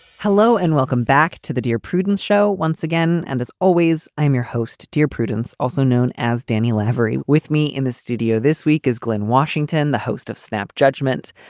hello and welcome back to the dear prudence show once again. and as always, i'm your host, dear prudence, also known as danny lafree. with me in the studio this week is glynn washington, the host of snap judgment,